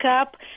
up